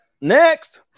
Next